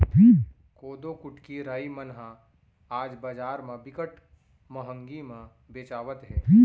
कोदो, कुटकी, राई मन ह आज बजार म बिकट महंगी म बेचावत हे